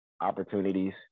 opportunities